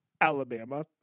Alabama